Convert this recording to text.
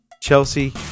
Chelsea